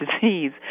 disease